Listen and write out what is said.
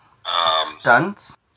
stunts